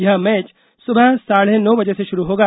यह मैच सुबह साढ़े नौ बजे से शुरू होगा